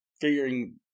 figuring